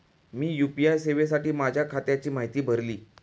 मी UPI सेवेसाठी माझ्या खात्याची माहिती भरली